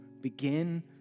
begin